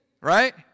Right